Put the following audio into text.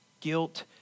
guilt